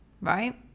right